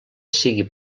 sigui